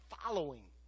following